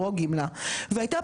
הטעיה של ציבור המטופלים,